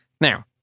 Now